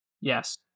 Yes